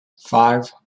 five